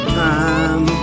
time